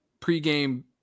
pregame